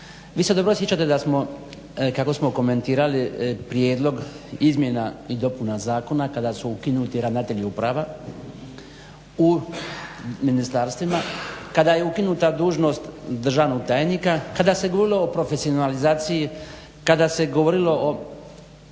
Vi se dobro sjećate da smo, kako smo komentirali prijedlog izmjena i dopuna zakona kada su ukinuti ravnatelji uprava u ministarstvima, kada je ukinuta dužnost državnog tajnika, kada se govorilo o profesionalizaciji, kada se govorilo o